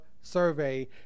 survey